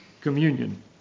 Communion